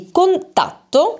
contatto